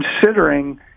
considering